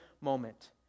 moment